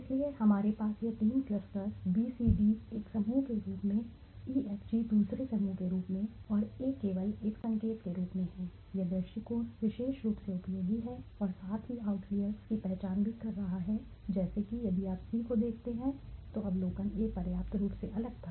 इसलिए हमारे पास यह तीन क्लस्टर्स BCD एक समूह के रूप में EFG दूसरे समूह के रूप में और A केवल एक संकेत के रूप में है यह दृष्टिकोण विशेष रूप से उपयोगी है और साथ ही आउटलिएर्स की पहचान भी कर रहा है जैसे कि यदि आप C को देखते हैं तो अवलोकन A पर्याप्त रूप से अलग था